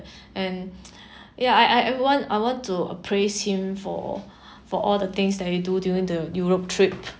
and ya I I I want I want to praised him for for all the things that he do during the europe trip